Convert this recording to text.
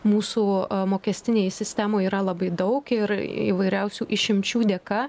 mūsų mokestinėje sistemoje yra labai daug ir įvairiausių išimčių dėka